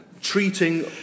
treating